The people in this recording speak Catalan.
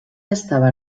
estava